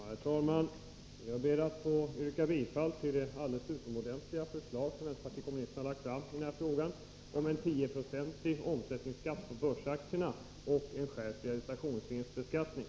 Herr talman! Jag ber att få yrka bifall till det alldeles utomordentliga förslag som vänsterpartiet kommunisterna har lagt fram i den här frågan om en 10-procentig omsättningsskatt på börsaktierna och en skärpt realisationsvinstbeskattning.